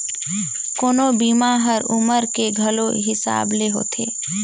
कोनो बीमा हर उमर के घलो हिसाब ले होथे